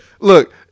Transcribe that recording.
look